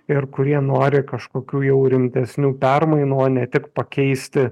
ir kurie nori kažkokių jau rimtesnių permainų o ne tik pakeisti